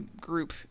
group